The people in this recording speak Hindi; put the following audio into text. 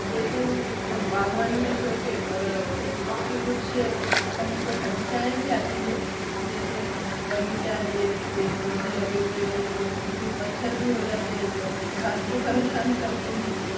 लेकिन अब बागवानी का शौक है पर उसके कुछ हमको समस्याएं भी आती हैं कि जैसे बगीचा है पेड़ पौधे लगे हुए हैं तो उसमें कुछ मच्छर भी हो जाते हैं जो हमको रात को परेशान करते हैं